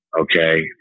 okay